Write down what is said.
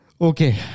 Okay